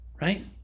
right